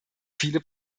viele